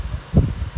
it's like maximum ten